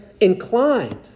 inclined